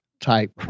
type